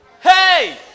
Hey